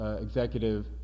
executive